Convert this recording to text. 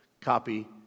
Copy